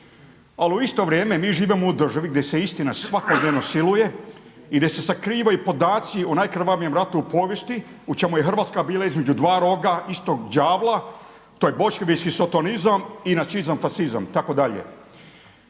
ali u isto vrijeme mi živimo u državi gdje se istina svakodnevnog siluje i gdje se sakrivaju podaci o najkrvavijem ratu u povijesti u čemu je Hrvatska bila između dva roga istog đavla. To je boljševički sotonizam i nacizam, fašizam itd.